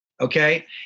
okay